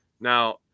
now